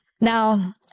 Now